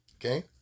okay